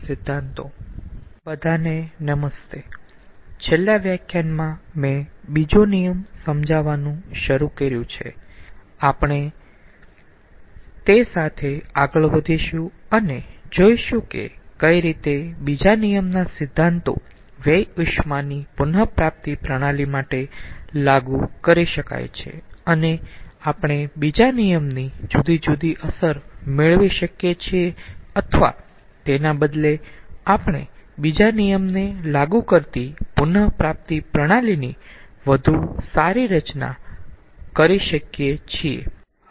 બધાને નમસ્તે છેલ્લા વ્યાખ્યાનમાં મેં બીજો નિયમ સમજાવવાનું શરૂ કર્યું છે આપણે તે સાથે આગળ વધીશું અને જોઈશું કે કઈ રીતે બીજા નિયમના સિદ્ધાંતો વ્યય ઉષ્માની પુન પ્રાપ્તિ પ્રણાલી માટે લાગુ કરી શકાય છે અને આપણે બીજા નિયમની જુદી જુદી અસર મેળવી શકીયે છીએ અથવા તેના બદલે આપણે બીજા નિયમને લાગુ કરતી પુન પ્રાપ્તિ પ્રણાલીની વધુ સારી રચના કરી શકીયે છીએ